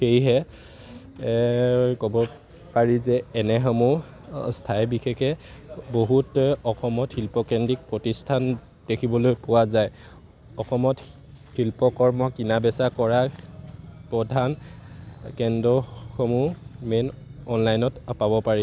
সেয়েহে ক'ব পাৰি যে এনেসমূহ স্থায় বিশেষে বহুত অসমত শিল্পকেন্দ্ৰিক প্ৰতিষ্ঠান দেখিবলৈ পোৱা যায় অসমত শিল্পকৰ্ম কিনা বেচা কৰাৰ প্ৰধান কেন্দ্ৰসমূহ মেইন অনলাইনত পাব পাৰি